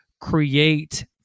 create